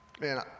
Man